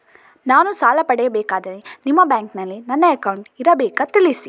ನಾನು ಸಾಲ ಪಡೆಯಬೇಕಾದರೆ ನಿಮ್ಮ ಬ್ಯಾಂಕಿನಲ್ಲಿ ನನ್ನ ಅಕೌಂಟ್ ಇರಬೇಕಾ ತಿಳಿಸಿ?